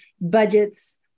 budgets